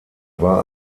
war